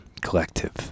Collective